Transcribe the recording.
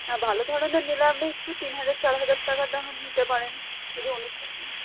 হ্যাঁ ভালো ধরনের নিলে আপনি একটু তিন হাজার চার হাজার টাকা দামের নিতে পারেন যদি অনুষ্ঠান